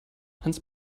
hans